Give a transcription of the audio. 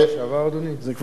בשבוע שעבר.